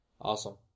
Awesome